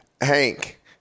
Hank